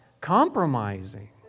compromising